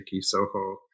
Soho